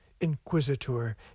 inquisitor